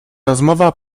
rozmowa